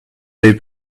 they